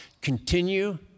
Continue